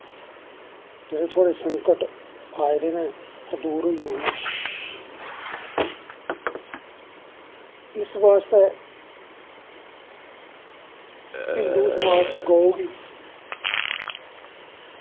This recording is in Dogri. जेह्ड़े तोआढ़े संकट आए दे नै ओह् दूर होई जान इस बास्ते हिन्दू समाज च गौ गी